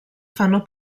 fanno